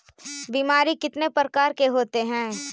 बीमारी कितने प्रकार के होते हैं?